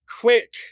quick